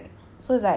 seasons like